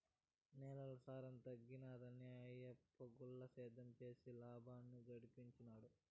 నేలల సారం తగ్గినాదని ఆయప్ప గుల్ల సేద్యం చేసి లాబాలు గడించినాడు